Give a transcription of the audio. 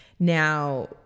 Now